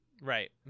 right